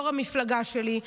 יו"ר המפלגה שלי,